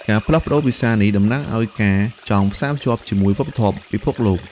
ការផ្លាស់ប្តូរភាសានេះតំណាងឱ្យការចង់ផ្សាភ្ជាប់ជាមួយវប្បធម៌ពិភពលោក។